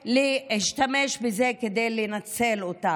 ולהשתמש בזה כדי לנצל אותם.